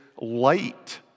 light